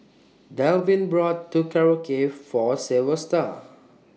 Delvin bought Korokke For Silvester